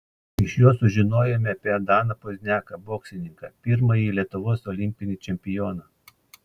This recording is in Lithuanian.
iš jo sužinojome apie daną pozniaką boksininką pirmąjį lietuvos olimpinį čempioną